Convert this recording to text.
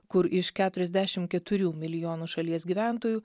kur iš keturiasdešim keturių milijonų šalies gyventojų